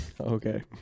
Okay